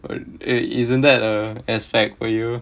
but eh it isn't that uh aspect for you